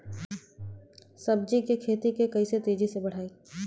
सब्जी के खेती के कइसे तेजी से बढ़ाई?